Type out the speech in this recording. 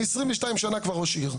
אני עשרים ושתיים שנה ראש עיר,